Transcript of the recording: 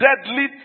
deadly